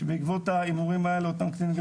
שבעקבות ההימורים האלה אותם קטינים גם